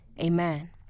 Amen